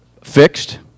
fixed